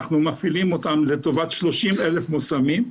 אנחנו מפעילים אותן לטובת 30,000 מושמים.